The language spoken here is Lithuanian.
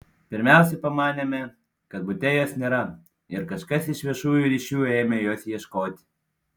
pirmiausia pamanėme kad bute jos nėra ir kažkas iš viešųjų ryšių ėmė jos ieškoti